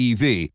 EV